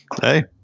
Hey